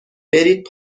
برید